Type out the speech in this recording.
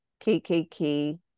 KKK